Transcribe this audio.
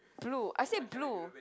blue I said blue